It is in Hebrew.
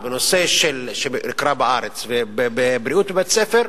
ובנושא בריאות בבית-ספר,